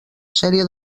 sèrie